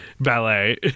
ballet